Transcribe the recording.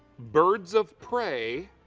birds of prey,